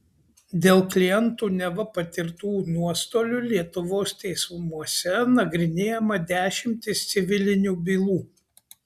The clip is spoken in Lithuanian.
dėl klientų neva patirtų nuostolių lietuvos teismuose nagrinėjama dešimtys civilinių bylų